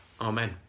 Amen